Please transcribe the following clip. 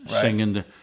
singing